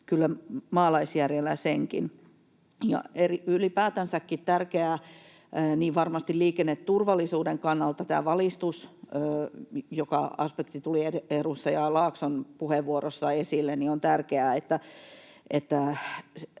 maalaisjärjellä senkin. Ylipäätänsäkin tärkeää on varmasti liikenneturvallisuuden kannalta tämä valistus, joka aspekti tuli edustaja Laakson puheenvuorossa esille. On tärkeää, että